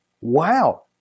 wow